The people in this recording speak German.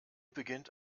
beginnt